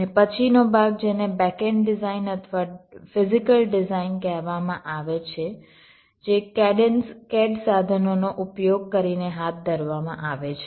અને પછીનો ભાગ જેને બેક એન્ડ ડિઝાઇન અથવા ફિઝીકલ ડિઝાઇન કહેવામાં આવે છે જે કેડન્સ CAD સાધનોનો ઉપયોગ કરીને હાથ ધરવામાં આવે છે